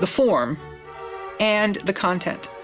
the form and the content.